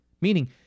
Meaning